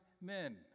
men